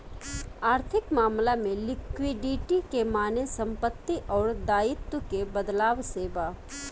आर्थिक मामला में लिक्विडिटी के माने संपत्ति अउर दाईत्व के बदलाव से बा